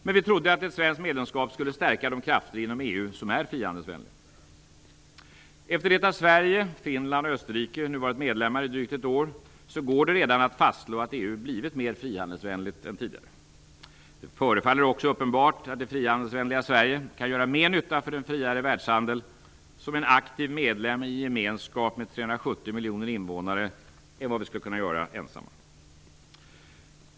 Men vi trodde att ett svenskt medlemskap skulle stärka de krafter inom EU som är frihandelsvänliga. Efter det att Sverige, Finland och Österrike nu varit medlemmar i drygt ett år går det redan att fastslå att EU blivit mer frihandelsvänligt än tidigare. Det förefaller också uppenbart att det frihandelsvänliga Sverige kan göra mer nytta för en friare världshandel som en aktiv medlem i en gemenskap med 370 miljoner invånare än vad vi skulle kunna göra ensamma.